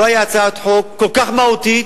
לא היתה הצעת חוק כל כך מהותית,